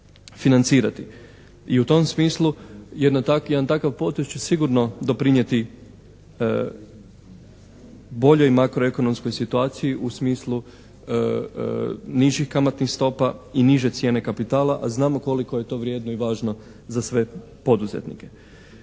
I u tom smislu jedan takav potez će sigurno doprinijeti boljoj makro ekonomskoj situaciji u smislu nižih kamatnih stopa i niže cijene kapitala a znamo koliko je to vrijedno i važno za sve poduzetnike.